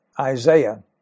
Isaiah